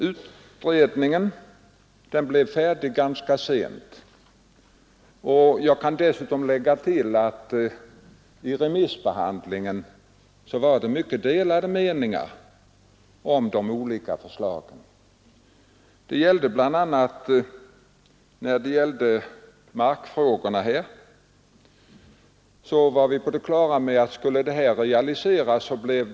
Sedan mitten av 1940-talet har vi producerat 2 miljoner nya lägenheter i landet, och enbart under den senaste femårsperioden har 1,5 miljoner människor flyttat in i nya bostäder.